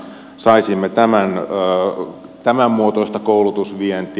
saisimme tämänmuotoista koulutusvientiä